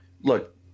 Look